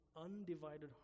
undivided